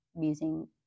using